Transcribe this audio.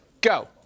go